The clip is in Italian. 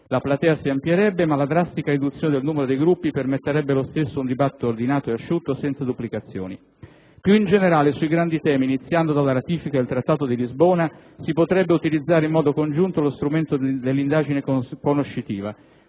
La platea si amplierebbe, ma la drastica riduzione del numero dei Gruppi permetterebbe lo stesso un dibattito ordinato e asciutto senza duplicazioni. Più in generale, sui grandi temi, iniziando dalla ratifica del Trattato di Lisbona, si potrebbe utilizzare in modo congiunto lo strumento dell'indagine conoscitiva.